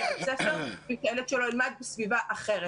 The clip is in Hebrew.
שלו לבית הספר ושהילד שלו ילמד בסביבה אחרת.